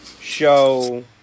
show